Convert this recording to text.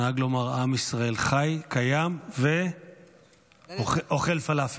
נהג לומר: עם ישראל חי, קיים ואוכל פלאפל,